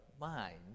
minds